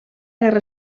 guerra